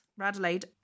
Radelaide